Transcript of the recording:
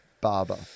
barber